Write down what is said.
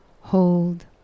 Hold